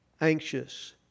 anxious